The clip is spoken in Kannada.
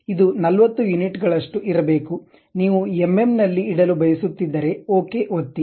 ಇದು 40 ಯೂನಿಟ್ಗಳಷ್ಟು ಇರಬೇಕು ನೀವು ಎಂಎಂ ನಲ್ಲಿ ಇಡಲು ಬಯಸುತ್ತಿದ್ದರೆ ಓಕೆ ಒತ್ತಿ